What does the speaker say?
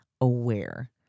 aware